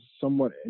somewhat